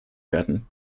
werden